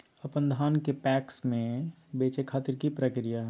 अपन धान के पैक्स मैं बेचे खातिर की प्रक्रिया हय?